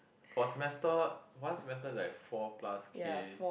for semester one semester is like four plus K